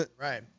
Right